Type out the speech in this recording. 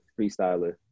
freestyler